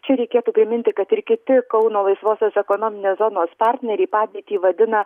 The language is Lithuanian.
čia reikėtų priminti kad ir kiti kauno laisvosios ekonominės zonos partneriai padėtį vadina